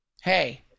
Hey